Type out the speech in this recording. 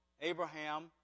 Abraham